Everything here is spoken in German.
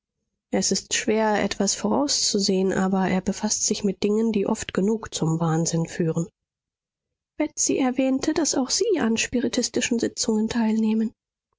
es ist schwer etwas vorauszusehen aber er befaßt sich mit dingen die oft genug zum wahnsinn führen betsy erwähnte daß auch sie an spiritistischen sitzungen teilnehmen